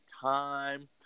time